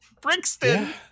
Brixton